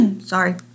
sorry